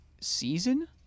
season